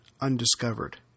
undiscovered